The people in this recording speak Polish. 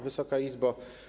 Wysoka Izbo!